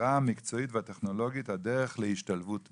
ההכשרה המקצועית והטכנולוגית הדרך להשתלבות בתעסוקה.